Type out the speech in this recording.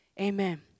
Amen